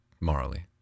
morally